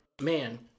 man